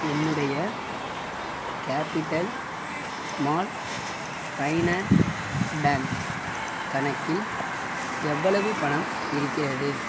என்னுடைய capital small finance bank கணக்கில் எவ்வளவு பணம் இருக்கிறது